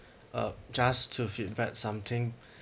uh just to feedback something